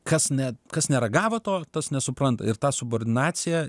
kas ne kas neragavo to tas nesupranta ir tą subordinaciją